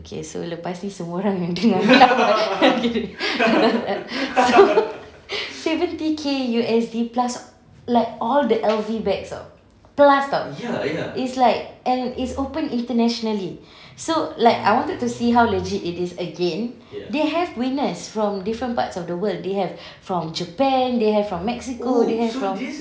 okay so lepas ni semua orang so seventy K U_S_D plus like all the L_V bags [tau] plus [tau] it's like and it's open internationally so like I wanted to see how legit it is again they have winners from different parts of the world they have from japan they have from mexico they have from